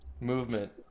Movement